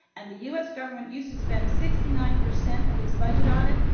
and the u. s. government used to spend sixty nine percent of its budget on it,